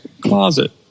closet